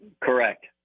Correct